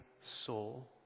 soul